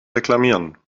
reklamieren